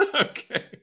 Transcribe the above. okay